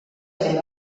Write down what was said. ere